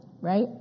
right